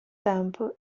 tempo